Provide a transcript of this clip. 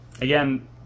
again